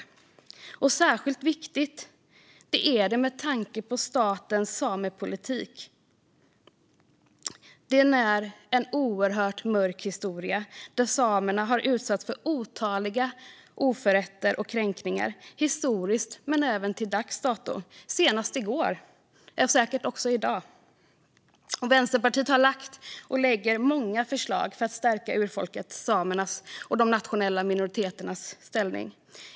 Detta är särskilt viktigt med tanke på att statens samepolitik är en oerhört mörk historia. Samerna har utsatts för otaliga oförrätter och kränkningar, historiskt men även till dags dato - så sent som i går och säkert också i dag. Vänsterpartiet har lagt, och lägger, fram många förslag för att stärka urfolket samernas och de nationella minoriteternas ställning.